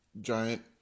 giant